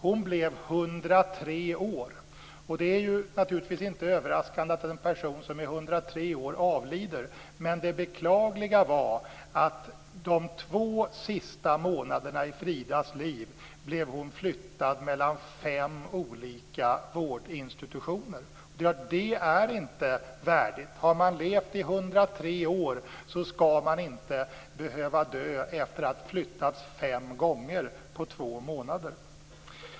Hon blev 103 år. Det är naturligtvis inte överraskande att en person som är 103 år avlider. Men det beklagliga var att Frida under de två sista månaderna i sitt liv blev flyttad mellan fem olika vårdinsitutioner. Detta är inte värdigt. Har man levt i 103 år, skall man inte behöva dö efter att ha flyttats fem gånger på två månader.